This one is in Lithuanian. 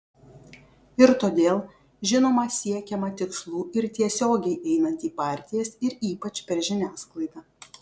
ir todėl žinoma siekiama tikslų ir tiesiogiai einant į partijas ir ypač per žiniasklaidą